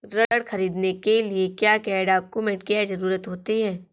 ऋण ख़रीदने के लिए क्या क्या डॉक्यूमेंट की ज़रुरत होती है?